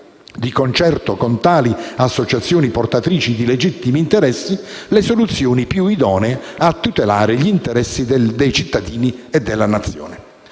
di concerto con tali associazioni portatrici di legittimi interessi, le soluzioni più idonee a tutelare gli interessi dei cittadini e della Nazione.